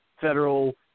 federal